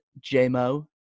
J-Mo